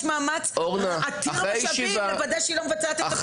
יש מאמץ עתיר משאבים לוודא שהיא לא מבצעת את תפקידה.